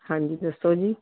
ਹਾਂਜੀ ਦੱਸੋ ਜੀ